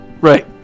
Right